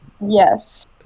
Yes